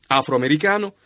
afroamericano